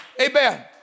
Amen